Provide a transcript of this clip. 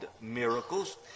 miracles